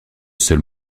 seul